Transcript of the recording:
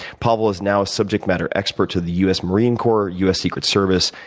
pavel is now subject matter expert to the us marine core, us secret service,